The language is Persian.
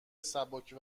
سبک